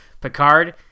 picard